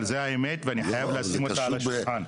אבל זו האמת ואני חייב לשים אותה על השולחן.